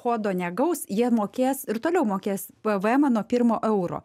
kodo negaus jie mokės ir toliau mokės pvmą nuo pirmo euro